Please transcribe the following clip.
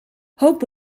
hope